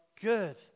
good